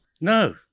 No